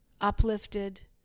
uplifted